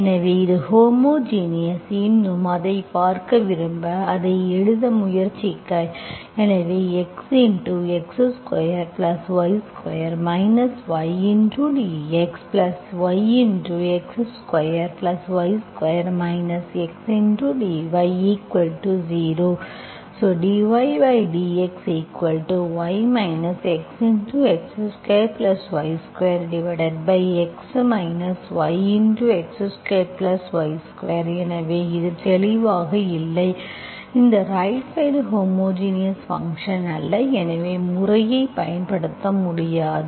எனவே இது ஹோமோஜினியஸ் இன்னும் அதைப் பார்க்க விரும்ப அதை எழுத முயற்சிக்க எனவே xx2y2 ydxyx2y2 xdy0 ⇒dydxy xx2y2x yx2y2 எனவே இது தெளிவாக இல்லை இந்த ரைட் சைடு ஹோமோஜினியஸ் ஃபங்க்ஷன் அல்ல எனவே முறையைப் பயன்படுத்த முடியாது